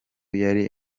yari